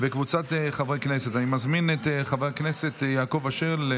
אצל מזמין השירות),